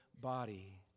body